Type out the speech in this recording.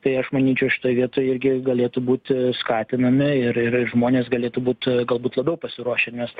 tai aš manyčiau šitoj vietoj irgi galėtų būti skatinami ir ir ir žmonės galėtų būt galbūt labiau pasiruošę nes